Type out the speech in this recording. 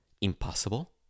impossible